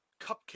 cupcake